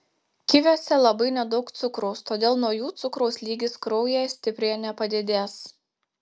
kiviuose labai nedaug cukraus todėl nuo jų cukraus lygis kraujyje stipriai nepadidės